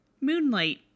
moonlight